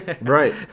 Right